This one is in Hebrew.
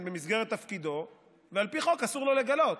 במסגרת תפקידו ועל פי חוק אסור לו לגלותו.